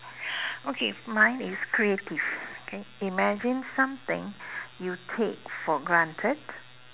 okay mine is creative okay imagine something you take for granted